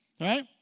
Right